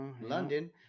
London